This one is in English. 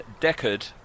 Deckard